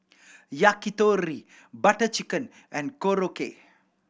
Yakitori Butter Chicken and Korokke